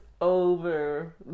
over